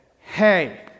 hey